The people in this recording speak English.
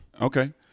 okay